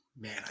man